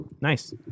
Nice